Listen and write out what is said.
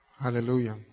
Hallelujah